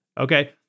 Okay